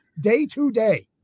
Day-to-day